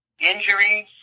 Injuries